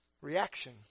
reaction